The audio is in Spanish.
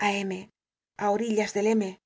á m á orillas del